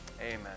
Amen